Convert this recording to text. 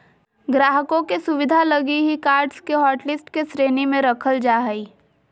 ग्राहकों के सुविधा लगी ही कार्ड्स के हाटलिस्ट के श्रेणी में रखल जा हइ